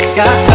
got